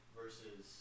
versus